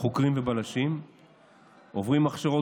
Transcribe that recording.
חוקרים ובלשים עוברים הכשרות,